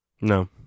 No